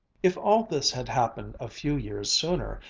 if all this had happened a few years sooner,